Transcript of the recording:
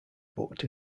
booked